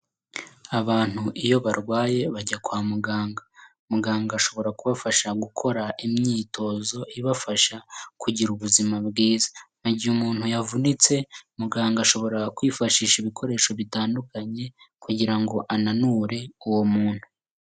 Abantu iyo barwaye bajya kwa muganga, muganga ashobora kubafasha gukora imyitozo ibafasha kugira ubuzima bwiza, mu gihe umuntu yavunitse, muganga ashobora kwifashisha ibikoresho bitandukanye kugira ngo ananure uwo muntu.